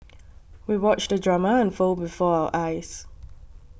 we watched the drama unfold before our eyes